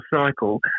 cycle